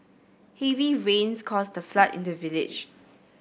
heavy rains caused a flood in the village